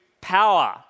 power